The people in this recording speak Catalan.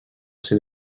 ser